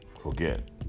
forget